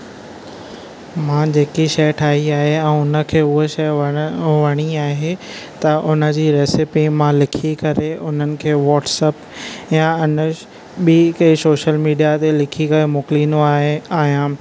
मां जेकी शइ ठाही आहे ऐं उन खे उहा शइ वण वणी आहे त उन जी रेसपी मां लिखी करे उन्हनि खे व्हाटसप या ॿिई कंहिं सोशल मीडिया ते लिखी करे मोकलींदो आहे आहियां